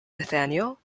nathaniel